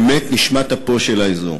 באמת נשמת אפו של האזור.